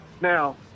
Now